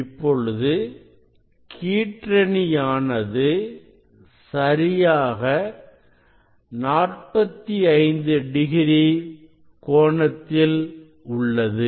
இப்பொழுது கீற்றணியானது சரியாக 45 டிகிரி கோணத்தில் உள்ளது